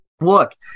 look